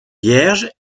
vierge